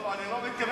לא, לא.